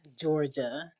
georgia